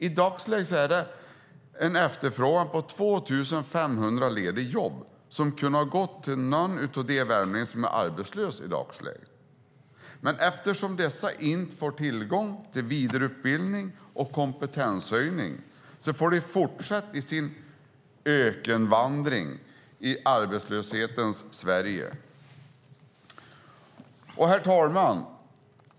I dagsläget är det en efterfrågan med 2 500 lediga jobb som kunde ha gått till någon av de värmlänningar som är arbetslösa i dagsläget. Men eftersom dessa inte får tillgång till vidareutbildning och kompetenshöjning får de fortsätta med sin ökenvandring i arbetslöshetens Sverige. Herr talman!